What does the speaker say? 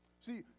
see